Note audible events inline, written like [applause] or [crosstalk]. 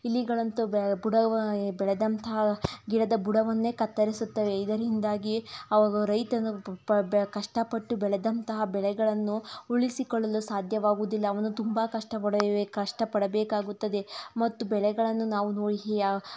ಇಲಿಗಳಂತೂ ಬೆ ಬುಡ ಬೆಳೆದಂತಹ ಗಿಡದ ಬುಡವನ್ನೇ ಕತ್ತರಿಸುತ್ತವೆ ಇದರಿಂದಾಗಿ ಅವನು ರೈತನು ಪ ಬ ಕಷ್ಟಪಟ್ಟು ಬೆಳೆದಂತಹ ಬೆಳೆಗಳನ್ನು ಉಳಿಸಿಕೊಳ್ಳಲು ಸಾಧ್ಯವಾಗುವುದಿಲ್ಲ ಅವನು ತುಂಬ ಕಷ್ಟ ಪಡಬೇ ಕಷ್ಟ ಪಡಬೇಕಾಗುತ್ತದೆ ಮತ್ತು ಬೆಳೆಗಳನ್ನು ನಾವು [unintelligible]